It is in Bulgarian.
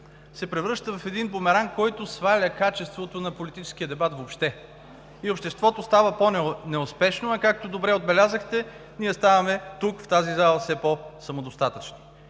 се превръща в един бумеранг, който сваля качеството на политическия дебат въобще и обществото става по-неуспешно, а както добре отбелязахте, ние ставаме тук, в тази зала, все по-самодостатъчни.